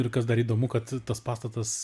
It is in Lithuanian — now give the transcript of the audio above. ir kas dar įdomu kad tas pastatas